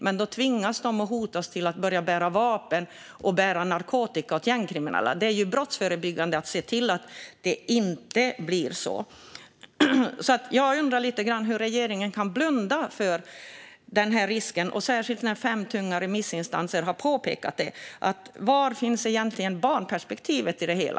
Men de tvingas och hotas till att börja bära vapen och bära narkotika åt gängkriminella. Det är brottsförebyggande att se till att det inte blir så. Jag undrar därför hur regeringen kan blunda för denna risk, särskilt när fem tunga remissinstanser har påpekat detta. Var finns egentligen barnperspektivet i det hela?